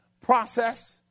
process